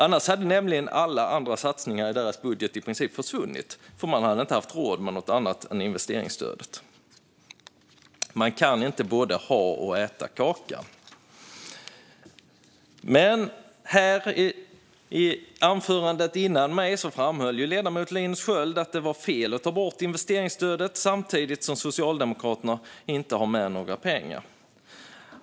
Annars hade alla andra satsningar i deras budget i princip försvunnit, för de hade inte haft råd med något annat än investeringsstödet. Man kan inte både ha och äta kakan. I sitt anförande framhöll ledamoten Linus Sköld att det var fel att ta bort investeringsstödet. Samtidigt hade Socialdemokraterna inte med några pengar.